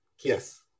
Yes